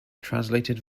translated